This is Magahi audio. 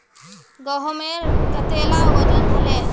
गहोमेर कतेला वजन हले